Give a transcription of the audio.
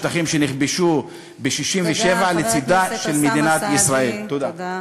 בשטחים שנכבשו ב-67' תודה,